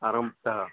आरम्भः